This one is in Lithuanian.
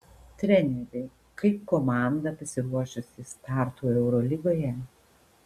treneri kaip komanda pasiruošusi startui eurolygoje